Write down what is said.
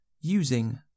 using